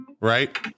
right